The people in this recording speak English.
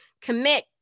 commit